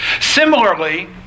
Similarly